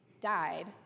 died